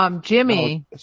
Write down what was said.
Jimmy